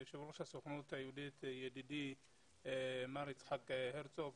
יושב ראש הסוכנות היהודית ידידי מר יצחק הרצוג,